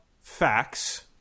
facts